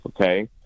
Okay